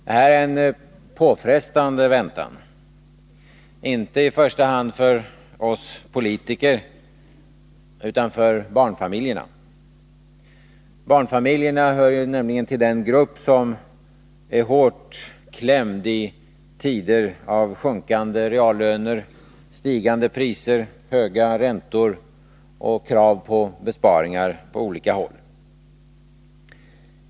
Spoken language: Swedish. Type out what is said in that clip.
Det är en påfrestande väntan — inte i första hand för oss politiker, utan för barnfamiljerna. Barnfamiljerna hör nämligen till den grupp som är hårt klämd i tider av sjunkande reallöner, stigande priser, höga räntor och krav på besparingar på olika håll.